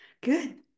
Good